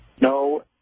No